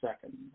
second